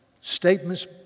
statements